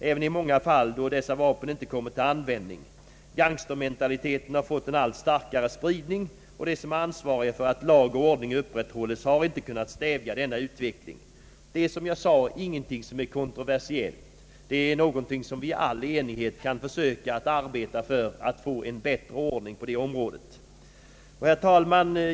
även i många fall då dessa vapen icke kommit till användning. Gangstermentaliteten har fått en allt starkare spridning, och de som är ansvariga för att lag och ordning upprätthålles har icke kunnat stävja denna utveckling. Som jag sade är detta inte någonting som är kontroversiellt, utan vi kan försöka att i all enighet arbeta för att få en bättre ordning på detta område. Herr talman!